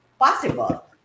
possible